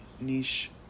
niche